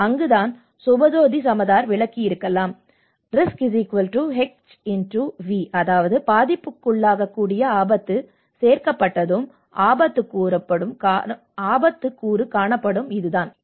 அங்குதான் சுபாஜோதி சமதார் விளக்கியிருக்கலாம் ஆபத்து HxV அதாவது பாதிப்புக்குள்ளாகக்கூடிய ஆபத்து சேர்க்கப்பட்டதும் ஆபத்து கூறு காணப்படுவதும் இதுதான்